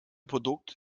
produkt